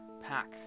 pack